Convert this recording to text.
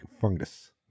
fungus